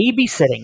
babysitting